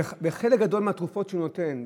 וחלק גדול מהתרופות שהוא נותן,